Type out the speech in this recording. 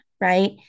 right